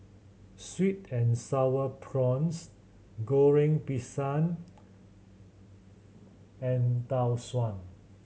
sweet and Sour Prawns Goreng Pisang and Tau Suan